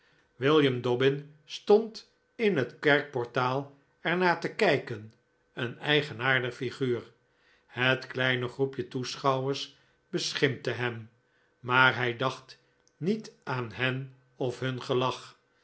william dobbin stond in het kerkportaal er naar te kijken een eigenaardige figuur het kleine groepje toeschouwers beschimpte hem maar hij dacht niet aan hen of hun gelach